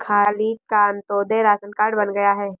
खालिद का Antyodaya ration card बन गया है